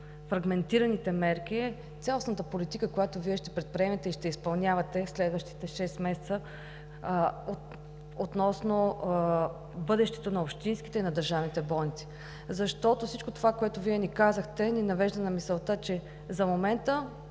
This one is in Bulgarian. фрагментираните мерки, е цялостната политика, която Вие ще предприемете и ще изпълнявате следващите шест месеца относно бъдещето на общинските и на държавните болници. Защото всичко това, което Вие ни казахте, ни навежда на мисълта, че за момента